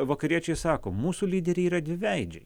vakariečiai sako mūsų lyderiai yra dviveidžiai